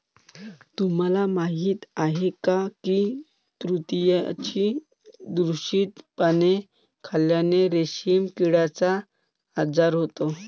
तुम्हाला माहीत आहे का की तुतीची दूषित पाने खाल्ल्याने रेशीम किड्याचा आजार होतो